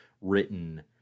written